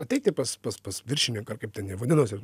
ateiti pas pas pas viršininką ar kaip ten jie vadinosi